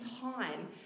time